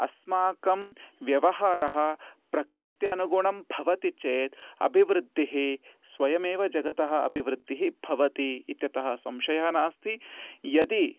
अस्माकं व्यवहारः प्रकृत्यनुगुणं भवति चेत् अभिवृध्दिः स्वयमेव जगतः अभिवृध्दिः भवति इत्यतः संशयः नास्ति यदि